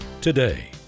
today